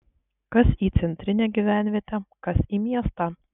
kas į centrinę gyvenvietę kas į miestą